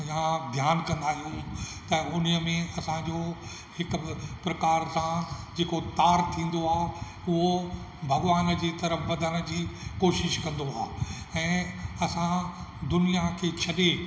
यां ध्यानु कंदा आहियूं त उने में असां जो हिक प्रकार जो जेको तार थींदो आहे उहो भॻवान जे तरफ वधण जी कोशिश कंदो आहे ऐं असां दुनिया खे छॾे